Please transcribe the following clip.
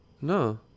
No